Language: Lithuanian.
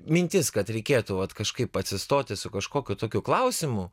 mintis kad reikėtų vat kažkaip atsistoti su kažkokiu tokiu klausimu